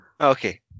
Okay